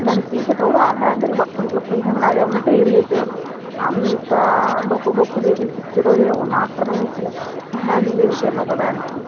దాన్ని తీసేటప్పుడు ఆ హ్యాండిల్ పట్టుకొని ఇట్లా గుంజంగానే అది ఎమ్మటే ఇరిగిపోయింది అంత డొక్కు డొక్కుది ఎందుకు ఇచ్చారో ఏమో మాకు అర్థం అయితలేదు ఆ హ్యాండిల్ విరిగిపోయింది ఒకదానికి